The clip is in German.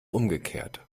umgekehrt